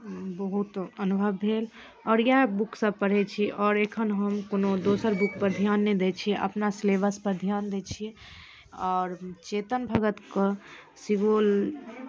बहुत अनुभव भेल आओर इएह बुकसभ पढ़ै छी आओर एखन हम कोनो दोसर बुकपर ध्यान नहि दै छी अपना सिलेबसपर ध्यान दै छियै आओर चेतन भगतके सेहो